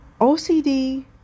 OCD